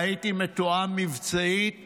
והייתי מתואם מבצעית